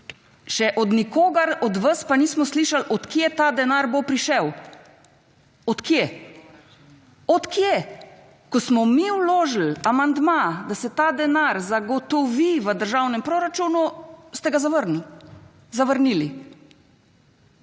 Še od nikogar od vas pa nismo slišali, od kje ta denar bo prišel. Od kje? Od kje? Ko smo mi vložili amandma, da se ta denar zagotovi v državnem proračunu, ste ga zavrnili. Ja,